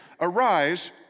Arise